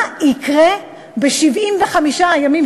מה יקרה ב-75 הימים,